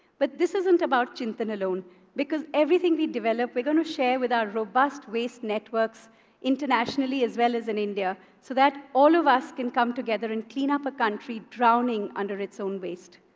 but this isn't about chintan alone because everything we develop we're going to share with our robust waste networks internationally, as well as in india, so that all of us can come together and clean up a country drowning under its own waste.